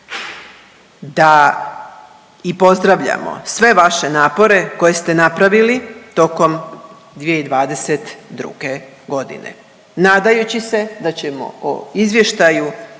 da i pozdravljamo sve vaše napore koje ste napravili tokom 2022. g. nadajući se da ćemo o izvještaju